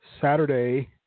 Saturday